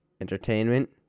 Entertainment